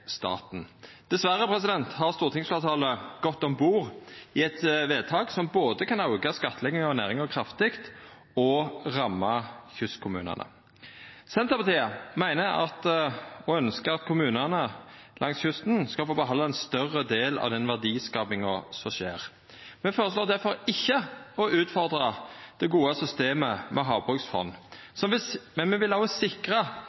staten. Dessverre har stortingsfleirtalet gått om bord i eit vedtak som både kan auka skattlegginga av næringa kraftig og ramma kystkommunane. Senterpartiet meiner og ønskjer at kommunane langs kysten skal få behalda ein større del av den verdiskapinga som skjer. Me føreslår difor ikkje å utfordra det gode systemet med havbruksfond, men me vil sikra